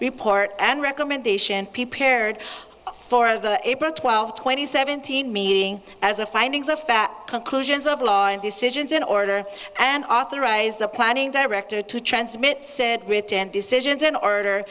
report and recommendation p paired for the twelve twenty seventeen meeting as a findings of fact conclusions of law and decisions in order and authorize the planning director to transmit said written decisions in order